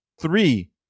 three